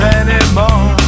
anymore